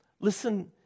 listen